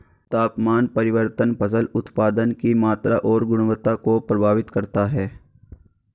तापमान परिवर्तन फसल उत्पादन की मात्रा और गुणवत्ता को प्रभावित करता है